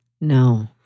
No